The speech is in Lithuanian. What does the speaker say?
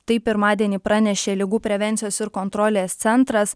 tai pirmadienį pranešė ligų prevencijos ir kontrolės centras